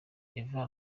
eva